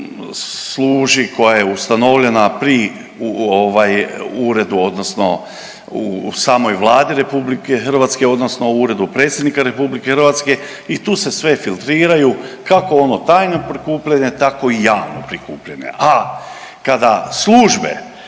služi, koja je ustanovljena pri uredu, odnosno u samoj Vladi RH odnosno u Uredu predsjednika RH i tu se sve filtriraju, kako ono tajno prikupljanje, tako i javno prikupljanje. A kada službe